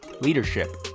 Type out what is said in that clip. leadership